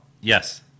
Yes